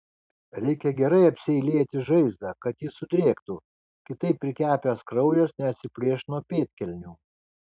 reikia gerai apseilėti žaizdą kad ji sudrėktų kitaip prikepęs kraujas neatsiplėš nuo pėdkelnių